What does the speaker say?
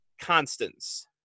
constants